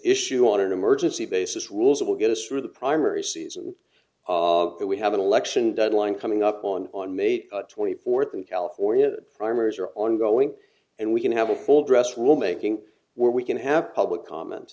issue on an emergency basis rules that will get us through the primary season but we have an election deadline coming up on on may twenty fourth in california the primaries are ongoing and we can have a full dress rule making where we can have public comment